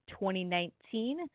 2019